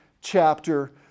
chapter